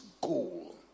goal